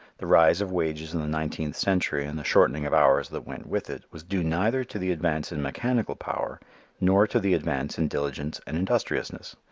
the rise of wages in the nineteenth century and the shortening of hours that went with it was due neither to the advance in mechanical power nor to the advance in diligence and industriousness,